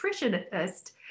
nutritionist